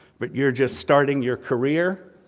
but you're just starting your career.